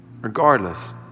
Regardless